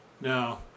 No